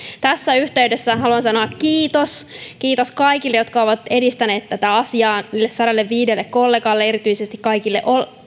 tässä yhteydessä haluan sanoa kiitos kiitos kaikille jotka ovat edistäneet tätä asiaa niille sadalleviidelle kollegalle erityisesti kaikille